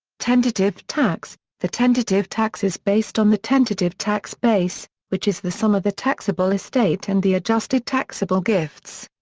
tentative tax the tentative tax is based on the tentative tax base, which is the sum of the taxable estate and the adjusted taxable gifts.